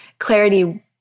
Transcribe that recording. clarity